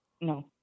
No